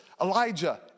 Elijah